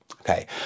okay